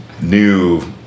new